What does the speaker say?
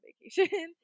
vacation